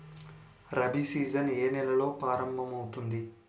Rabi season ఏ నెలలో ప్రారంభమౌతుంది?